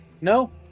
No